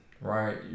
right